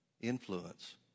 influence